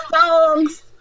songs